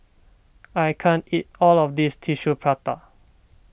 I can't eat all of this Tissue Prata